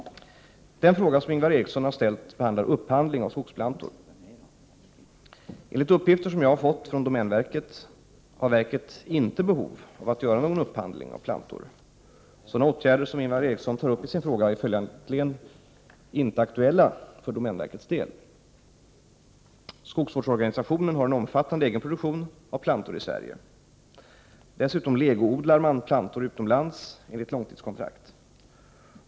Den fråga som Ingvar Eriksson har ställt behandlar upphandling av skogsplantor. Enligt uppgifter som jag har fått från domänverket har verket inte behov av att göra någon upphandling av plantor. Sådana åtgärder som Ingvar Eriksson tar upp i sin fråga är följaktligen inte aktuella för domänverkets del. Skogsvårdsorganisationen har en omfattande egen produktion av plantor i Sverige. Dessutom legoodlar man plantor utomlands enligt långtidskontrakt.